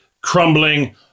crumbling